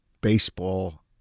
baseball